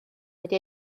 wedi